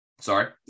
Sorry